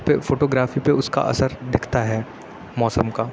اس پہ فوٹوگرافی پہ اس کا اثر دکھتا ہے موسم کا